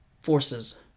forces